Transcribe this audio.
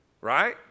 Right